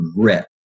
grit